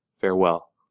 Farewell